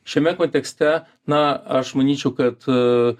šiame kontekste na aš manyčiau kad a